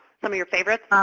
some of your favorites? um